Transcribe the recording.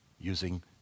using